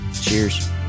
Cheers